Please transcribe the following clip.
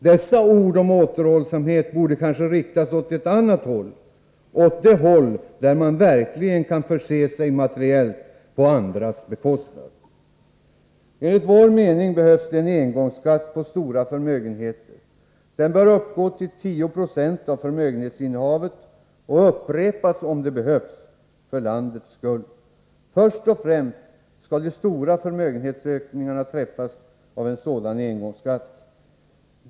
Dessa ord om återhållsamhet borde kanske riktas åt ett annat håll — åt det håll där man verkligen kan förse sig materiellt på andras bekostnad. Enligt vår mening behövs det en engångsskatt på stora förmögenheter. Den bör uppgå till 10 96 av förmögenhetsinnehavet och upprepas, om det behövs för landets skull. Först och främst skall de stora förmögenhetsökningarna träffas av en sådan engångsskatt.